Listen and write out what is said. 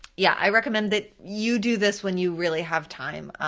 yeah i recommend that you do this when you really have time,